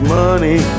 money